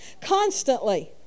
Constantly